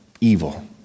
evil